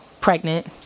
pregnant